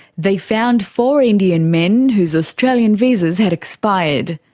they found four indian men whose australian visas had expired.